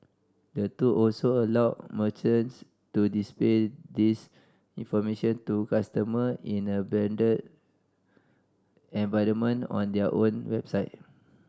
the tool also allows merchants to display this information to customer in a branded environment on their own website